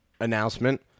announcement